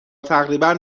تقریبا